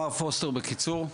מר פוסטר, בקצרה.